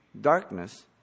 darkness